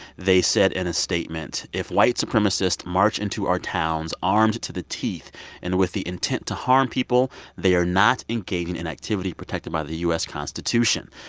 they said in a statement, if white supremacists march into our towns armed to the teeth and with the intent to harm people, they are not engaging in activity protected by the u s. constitution.